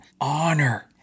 honor